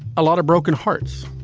a lot of broken hearts.